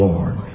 Lord